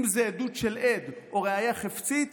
אם זו עדות של עד או ראיה חפצית,